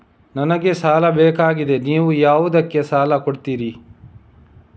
ನನಗೆ ಸಾಲ ಬೇಕಾಗಿದೆ, ನೀವು ಯಾವುದಕ್ಕೆ ಸಾಲ ಕೊಡ್ತೀರಿ?